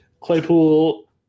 Claypool